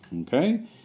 Okay